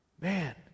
Man